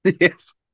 Yes